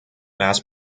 mass